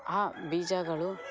ಆ ಬೀಜಗಳು